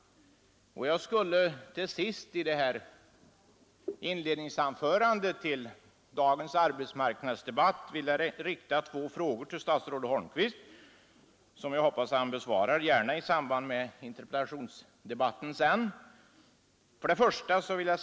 Jag vill till sist i det här inledningsanförandet till dagens arbetsmarknadsdebatt rikta två frågor till statsrådet Holmqvist som jag hoppas att han besvarar, gärna i samband med interpellationsdebatten senare: 1.